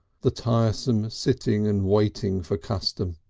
the tiresome sitting and waiting for custom,